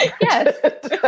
Yes